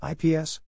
IPS